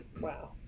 Wow